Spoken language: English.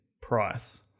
price